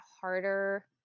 harder